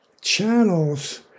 channels